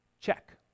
Check